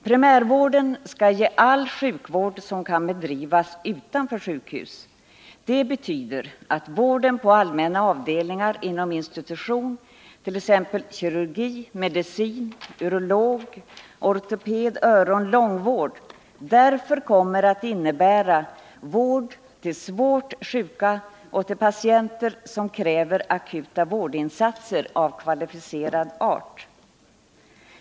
Primärvården skall ge all sjukvård som kan bedrivas utanför sjukhus. Det betyder att vården på allmänna avdelningar inom institution —t.ex. kirurgi, medicin, urologi, ortopedi, öron, långvård — kommer att innebära vård till svårt sjuka och till patienter som kräver akuta vårdinsatser av kvalificerad art.